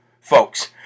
folks